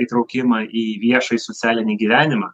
įtraukimą į viešajį socialinį gyvenimą